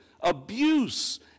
abuse